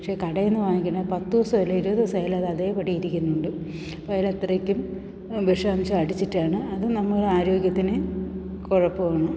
പക്ഷേ കടയിൽ നിന്നു വാങ്ങിക്കണ പത്തു ദിവസമായാലും ഇരുപത് ദിവസമായാലും അത് അതേപടി ഇരിക്കുന്നുണ്ട് അപ്പം അതിലത്രക്കും വിഷാംശം അടിച്ചിട്ടാണ് അതു നമ്മളെ ആരോഗ്യത്തിനു കുഴപ്പമാണ്